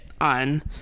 on